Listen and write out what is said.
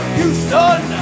Houston